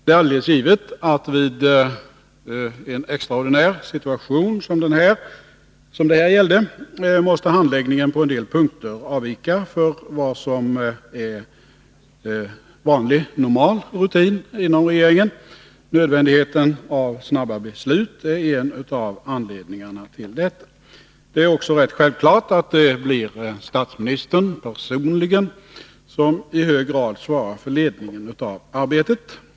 Det är alldeles givet att vid en extraordinär situation som det här gällde måste handläggningen på en del punkter avvika från vad som är normal rutin inom regeringen. Nödvändigheten av snabba beslut är en av anledningarna till detta. Det är också rätt självklart att det blir statsministern personligen som i hög grad svarar för ledningen av arbetet.